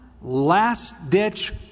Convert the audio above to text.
last-ditch